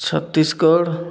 Chhattisgarh